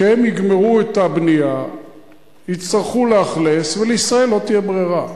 שהם יגמרו את הבנייה ויצטרכו לאכלס ולישראל לא תהיה ברירה.